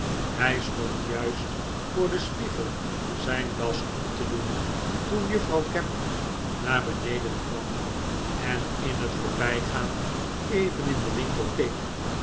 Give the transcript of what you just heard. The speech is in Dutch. hij stond juist voor den spiegel zijn das om te doen toen juffrouw gamp naar beneden kwam en in het voorbijgaan even in den winkel